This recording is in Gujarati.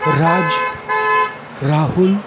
રાજ રાહુલ